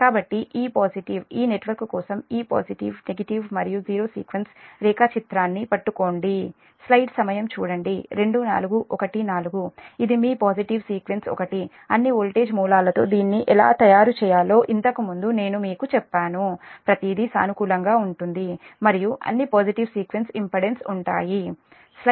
కాబట్టి ఈ పాజిటివ్ ఈ నెట్వర్క్ కోసం ఈ పాజిటివ్ నెగటివ్ మరియు జీరో సీక్వెన్స్ రేఖాచిత్రాన్ని పట్టుకోండి ఇది మీ పాజిటివ్ సీక్వెన్స్ ఒకటి అన్ని వోల్టేజ్ మూలాలతో దీన్ని ఎలా తయారు చేయాలో ఇంతకు ముందే నేను మీకు చెప్పాను ప్రతిదీ సానుకూలంగా ఉంటుంది మరియు అన్ని పాజిటివ్ సీక్వెన్స్ ఇంపెడెన్స్